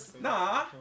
Nah